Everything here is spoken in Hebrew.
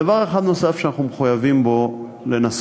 דבר אחד נוסף שאנחנו מחויבים בו הוא לנסות,